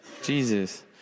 Jesus